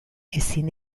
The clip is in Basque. ezin